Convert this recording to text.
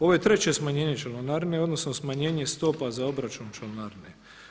Ovo je treće smanjenje članarine odnosno smanjenje stopa za obračun članarine.